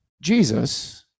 Jesus